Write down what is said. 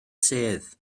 sedd